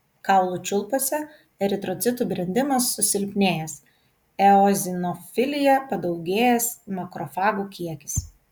kaulų čiulpuose eritrocitų brendimas susilpnėjęs eozinofilija padaugėjęs makrofagų kiekis